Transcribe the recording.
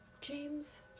James